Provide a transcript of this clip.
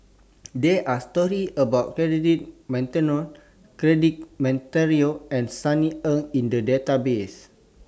There Are stories about Cedric Monteiro Cedric Monteiro and Sunny Ang in The Database